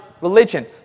religion